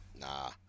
Nah